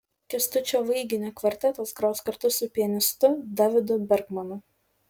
kęstučio vaiginio kvartetas gros kartu su pianistu davidu berkmanu